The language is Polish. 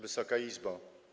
Wysoka Izbo!